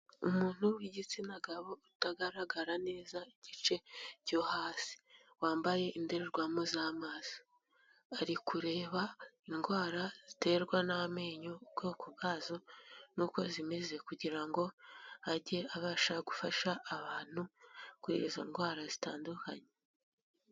Umuntu w'igitsina gabo utagaragara neza igice cyo hasi